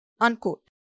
Unquote